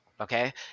okay